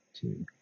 two